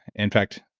in fact,